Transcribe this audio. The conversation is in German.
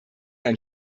ein